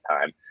time